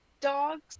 dogs